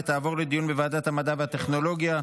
לוועדה שתקבע ועדת הכנסת נתקבלה.